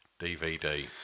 DVD